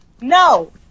No